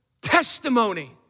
testimony